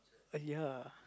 uh ya